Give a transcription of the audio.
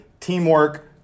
Teamwork